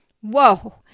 Whoa